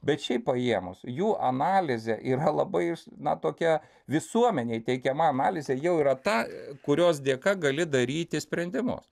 bet šiaip paėmus jų analizė yra labai na tokia visuomenei teikiama analizė jau yra ta kurios dėka gali daryti sprendimus